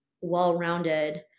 well-rounded